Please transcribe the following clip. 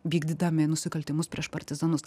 vykdydami nusikaltimus prieš partizanus